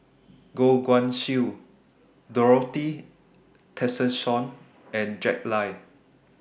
Goh Guan Siew Dorothy Tessensohn and Jack Lai